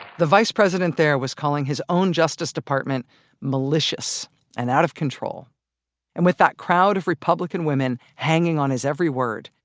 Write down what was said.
the vice president there was calling his own justice department malicious and out of control and with that crowd of republican women hanging on his every word,